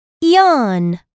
Yawn